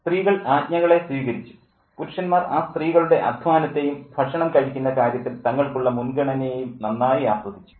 സ്ത്രീകൾ ആജ്ഞകളെ സ്വീകരിച്ചു പുരുഷന്മാർ ആ സ്ത്രീകളുടെ അദ്ധ്വാനത്തേയും ഭക്ഷണം കഴിക്കുന്ന കാര്യത്തിൽ തങ്ങൾക്കുള്ള മുൻഗണനയേയും നന്നായി ആസ്വദിച്ചു